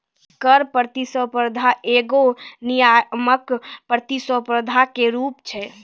कर प्रतिस्पर्धा एगो नियामक प्रतिस्पर्धा के रूप छै